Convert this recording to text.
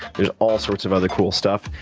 there's all sorts of other cool stuff,